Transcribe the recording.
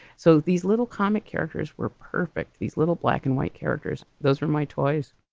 so these little. comic characters were perfect, these little black and white characters. those were my toys.